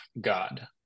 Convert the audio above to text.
God